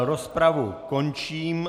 Rozpravu končím.